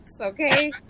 Okay